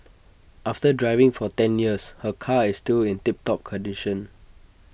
after driving for ten years her car is still in tip top condition